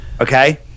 Okay